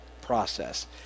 process